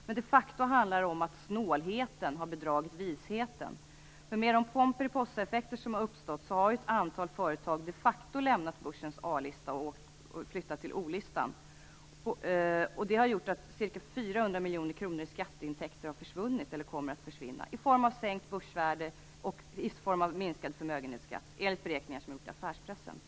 Men de facto handlar det om att snålheten har bedragit visheten, för med de pomperipossa-effekter som har uppstått har ju ett antal företag faktiskt lämnat börsens A lista och flyttat till O-listan. Det har gjort att ca 400 miljoner kronor i skatteintäkter har försvunnit eller kommer att försvinna i form av sänkt börsvärde och minskad förmögenhetsskatt, enligt beräkningar som har gjorts av affärspressen.